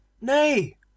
Nay